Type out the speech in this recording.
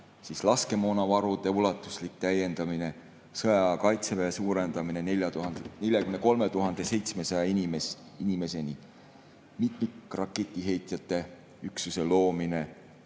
laskemoonavarude ulatuslik täiendamine, sõjaaja kaitseväe suurendamine 43 700 inimeseni, mitmikraketiheitjate üksuse loomine,